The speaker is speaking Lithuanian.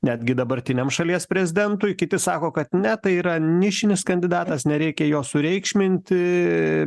netgi dabartiniam šalies prezidentui kiti sako kad ne tai yra nišinis kandidatas nereikia jo sureikšminti